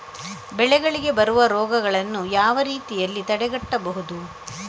ಬೆಳೆಗಳಿಗೆ ಬರುವ ರೋಗಗಳನ್ನು ಯಾವ ರೀತಿಯಲ್ಲಿ ತಡೆಗಟ್ಟಬಹುದು?